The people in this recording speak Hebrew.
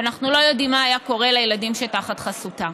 ואנחנו לא יודעים מה היה קורה לילדים שתחת חסותה.